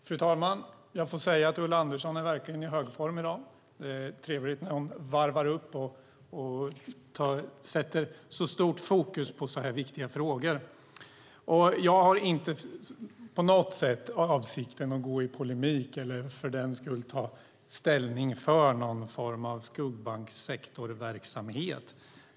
Fru talman! Jag får säga att Ulla Andersson verkligen är i högform i dag. Det är trevligt när hon varvar upp och sätter så stort fokus på så här viktiga frågor. Och jag har inte på något sätt avsikten att gå i polemik eller för den skull ta ställning för någon form av skuggbanksektorsverksamhet.